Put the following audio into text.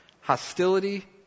hostility